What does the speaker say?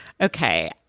Okay